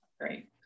Great